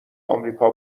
آمریکا